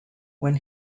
when